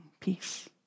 peace